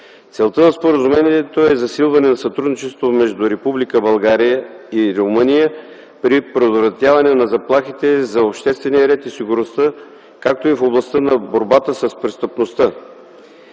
Целта на споразумението е засилване на сътрудничеството между Република България и Румъния при предотвратяване на заплахите за обществения ред и сигурността, както и в областта на борбата с престъпността.